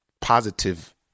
positive